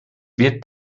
wird